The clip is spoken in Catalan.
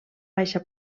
baixa